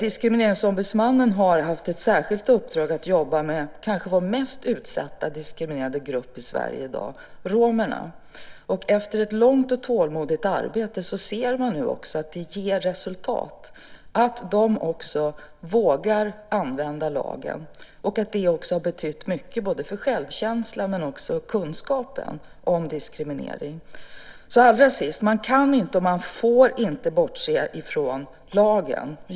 Diskrimineringsombudsmannen har haft ett särskilt uppdrag att jobba med den kanske mest utsatta och diskriminerade gruppen i Sverige i dag, nämligen romerna. Efter ett långt och tålmodigt arbete kan man nu se att det ger resultat. De vågar använda lagen, vilket betyder mycket både för självkänslan och för kunskapen om diskriminering. Allra sist: Man kan inte, och man får inte, bortse från lagen.